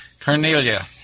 Cornelia